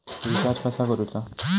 Recharge कसा करूचा?